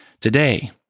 today